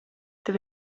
tev